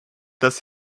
das